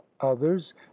others